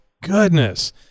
goodness